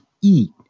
eat